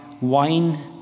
Wine